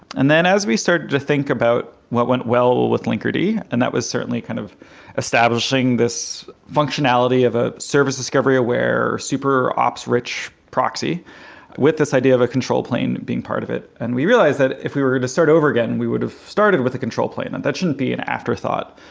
and then as we started to think about what went well with linkerd, and that was certainly kind of establishing this functionality of a service discovery where super ops rich proxy with this idea of a control plane being part of it, and we realized that if we were to start over again, we would've started with a control plan, and that shouldn't be an afterthought.